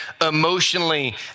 emotionally